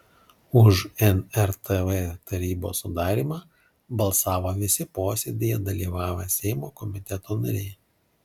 už nrtv tarybos sudarymą balsavo visi posėdyje dalyvavę seimo komiteto nariai